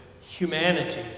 humanity